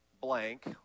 blank